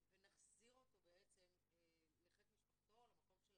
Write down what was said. ונחזיר אותו לחיק משפחתו, או למקום של